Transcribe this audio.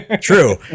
True